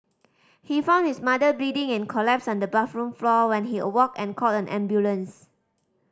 he found his mother bleeding and collapsed on the bathroom floor when he awoke and called an ambulance